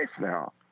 now